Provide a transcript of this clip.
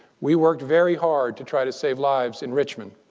we worked very hard to try to save lives in richmond.